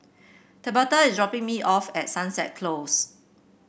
Tabatha is dropping me off at Sunset Close